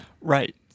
Right